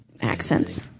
accents